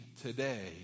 today